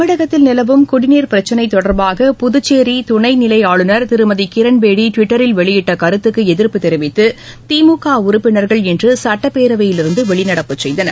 தமிழகத்தில் நிலவும் குடிநீர் பிரச்சினை தொடர்பாக புதுச்சேரி துணை நிலை ஆளுநர் திருமதி கிரண்பேடி டுவிட்டரில் வெளியிட்ட கருத்துக்கு எதிர்ப்பு தெரிவித்து திமுக உறுப்பினர்கள் சட்டப்பேரவையில் இருந்து வெளிநடப்பு செய்தனர்